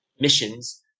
missions